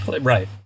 Right